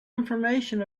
information